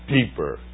deeper